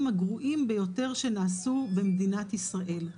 הגרועים ביותר שנעשו במדינת ישראל.